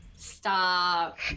stop